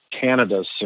Canada's